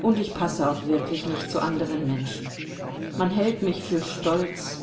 und ich passe auch wirklich nicht zu anderen menschen man hält mich für stolz